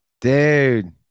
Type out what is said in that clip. Dude